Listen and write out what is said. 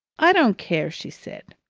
i don't care! she said.